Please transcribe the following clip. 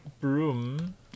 Broom